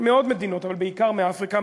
מעוד מדינות אבל בעיקר מאפריקה,